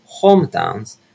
hometowns